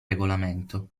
regolamento